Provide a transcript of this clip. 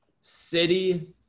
City